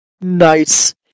nice